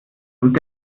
und